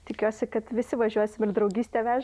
tikiuosi kad visi važiuosim ir draugystė veža